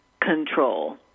control